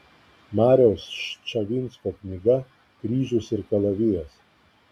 mariaus ščavinsko knyga kryžius ir kalavijas